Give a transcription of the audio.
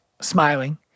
smiling